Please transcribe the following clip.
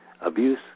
Abuse